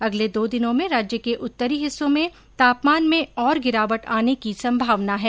अगले दो दिनों में राज्य के उत्तरी हिस्सों में तापमान में और गिरावट आने की संभावना है